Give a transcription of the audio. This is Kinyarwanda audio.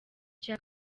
cya